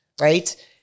right